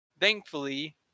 thankfully